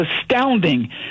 astounding